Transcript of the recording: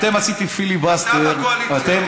תראה, אתם עשיתם פיליבסטר, אתה, קואליציה.